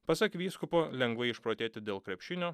pasak vyskupo lengvai išprotėti dėl krepšinio